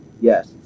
yes